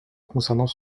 concernant